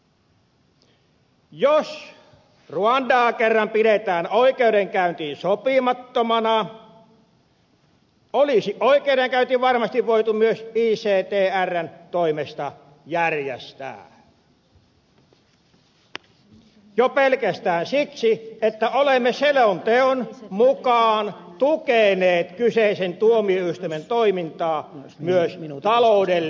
jos ruandaa kerran pidetään oikeudenkäyntiin sopimattomana olisi oikeudenkäynti varmasti voitu myös ictrn toimesta järjestää jo pelkästään siksi että olemme selonteon mukaan tukeneet kyseisen tuomioistuimen toimintaa myös taloudellisesti